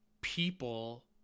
People